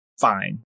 fine